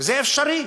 וזה אפשרי.